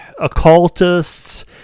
occultists